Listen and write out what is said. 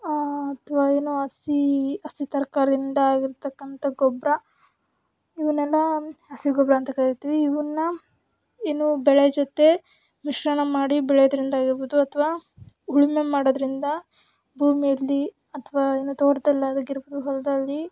ಅಥವಾ ಏನು ಹಸಿ ಹಸಿ ತರಕಾರಿಯಿಂದ ಆಗಿರ್ತಕ್ಕಂಥ ಗೊಬ್ಬರ ಇವನೆಲ್ಲ ಹಸಿಗೊಬ್ಬರ ಅಂತ ಕರಿತೀವಿ ಇವನ್ನ ಏನು ಬೆಳೆ ಜೊತೆ ಮಿಶ್ರಣ ಮಾಡಿ ಬೆಳೆಯೋದ್ರಿಂದ ಆಗಿರ್ಬೋದು ಅಥವಾ ಉಳ್ಮೆ ಮಾಡೋದರಿಂದ ಭೂಮಿಯಲ್ಲಿ ಅಥವಾ ಏನು ತೋಟದಲ್ಲಿ ಆಗಿರಬಹುದಲ್ಲಿ